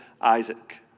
Isaac